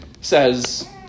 says